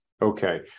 Okay